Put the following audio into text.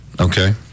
Okay